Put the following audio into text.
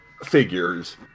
figures